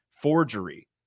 forgery